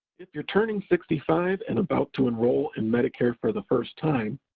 if you're turning sixty five and about to enroll in medicare for the first time,